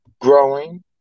Growing